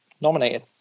nominated